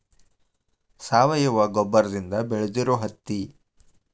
ಸಾವಯುವ ಗೊಬ್ಬರದಿಂದ ಬೆಳದಿರು ಹತ್ತಿ